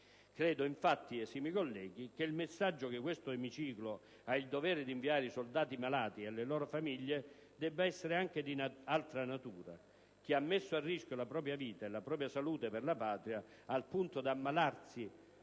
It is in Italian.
Credo infatti, esimi colleghi, che il messaggio che questo emiciclo ha il dovere di inviare ai soldati malati e alle loro famiglie debba essere anche di altra natura: chi ha messo a rischio la propria vita e la propria salute per la patria, al punto da ammalarsi